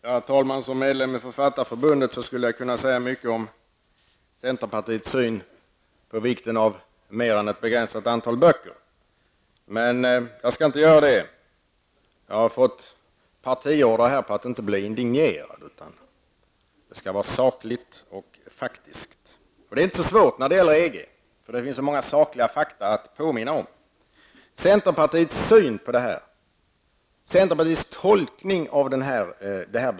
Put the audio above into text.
Herr talman! Som medlem i Författarförbundet skulle jag kunna säga mycket om centerpartiets syn på vikten av att inte ha mer än ett begränsat antal böcker. Men jag skall inte göra det. Jag har fått partiorder på att inte bli indignerad. Det hela skall vara sakligt och faktiskt. Det är inte så svårt när det gäller EG, för det finns så många sakliga fakta att påminna om. Vi har fått centerpartiets syn på detta och tolkningen av beslutet.